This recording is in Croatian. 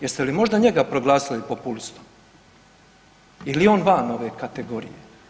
Jeste li možda njega proglasili populistom ili je on van ove kategorije?